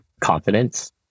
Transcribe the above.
confidence